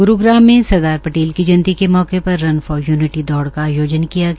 ग्रूग्राम में सरदार पटेल की जयंती के मौके पर रन फार यूनिटी दौड का आयोजन किया गया